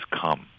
come